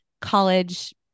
college